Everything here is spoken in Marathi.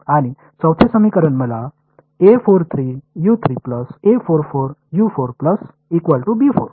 आणि चौथे समीकरण मला देईल